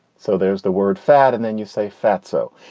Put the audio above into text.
so there's the word fat, and then you say fatso.